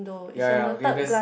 ya ya okay that's